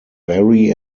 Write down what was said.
barry